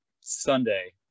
Sunday